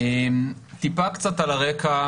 טיפה קצת על הרקע,